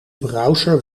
browser